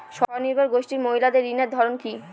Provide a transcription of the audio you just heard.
স্বনির্ভর গোষ্ঠীর মহিলাদের ঋণের ধরন কি?